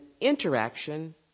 interaction